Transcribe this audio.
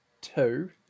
two